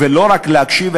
לא רק להקשיב,